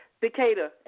Decatur